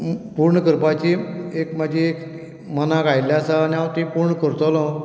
पूर्ण करपाची म्हजी एक मनांत आयिल्लें आसा आनी हांव ती पूर्ण करतलों